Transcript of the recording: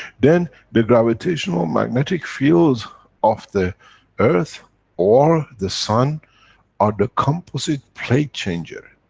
then, the gravitational-magnetic fields, of the earth or the sun are the composite plate changer.